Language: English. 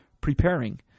preparing